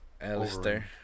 Alistair